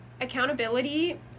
accountability